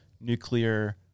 nuclear